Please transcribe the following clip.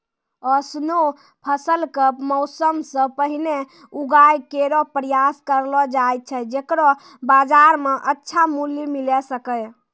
ऑसनो फसल क मौसम सें पहिने उगाय केरो प्रयास करलो जाय छै जेकरो बाजार म अच्छा मूल्य मिले सके